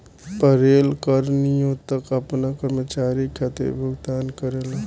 payroll कर नियोक्ता आपना कर्मचारी खातिर भुगतान करेला